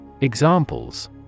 Examples